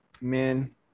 man